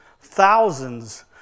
thousands